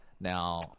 Now